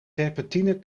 terpentine